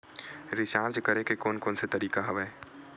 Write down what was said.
Recharge करे के कोन कोन से तरीका हवय?